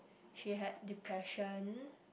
she had depression